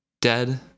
Dead